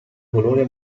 colore